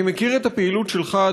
אני מכיר את הפעילות שלך,